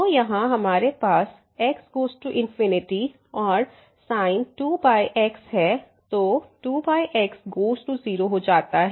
तो यहाँ हमारे पास x गोज़ टू और sin 2x है तो 2x गोज़ टू 0 हो जाता है